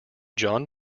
john